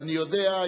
אני יודע,